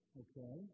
okay